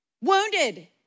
Wounded